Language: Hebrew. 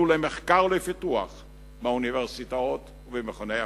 למחקר ולפיתוח באוניברסיטאות ובמכוני המחקר.